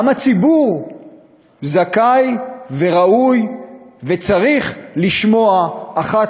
גם הציבור זכאי וראוי וצריך לשמוע אחת